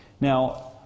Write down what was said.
Now